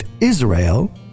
Israel